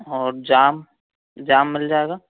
और जाम जाम मिल जाएगा